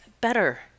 better